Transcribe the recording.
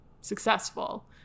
successful